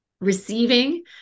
receiving